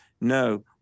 No